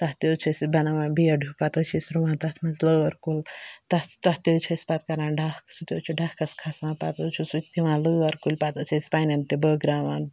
تَتھ تہِ حٕظ چھِ أسۍ بٮ۪ڈ ہِیوٗ پتہٕ حٕظ چھِ أسۍ رُوان تَتھ منٛز لٲر کُل تَتھ تہِ حٕظ چھِ پتہٕ أسۍ کَران ڈَکھ سُہ تہِ حٕظ چھُ ڈَکھَس کھَسان پتہٕ حٕظ چھُ سُہ تہِ پٮ۪وان لٲر کُلۍ پتہٕ حٕظ چھِ دِوان پَننٮ۪ن بٲگراوان